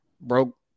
broke